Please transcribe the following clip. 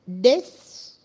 death